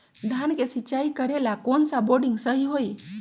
धान के सिचाई करे ला कौन सा बोर्डिंग सही होई?